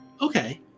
Okay